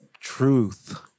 truth